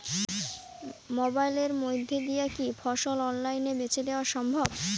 মোবাইলের মইধ্যে দিয়া কি ফসল অনলাইনে বেঁচে দেওয়া সম্ভব?